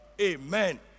Amen